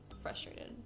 frustrated